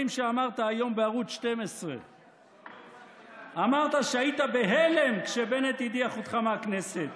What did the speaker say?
שאמרת היום בערוץ 12. אמרת שהיית בהלם כשבנט הדיח אותך מהכנסת,